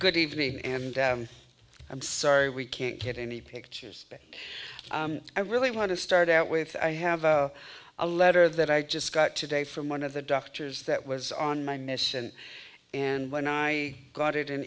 good evening and i'm sorry we can't get any pictures but i really want to start out with i have a letter that i just got today from one of the doctors that was on my mission and when i got it